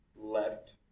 left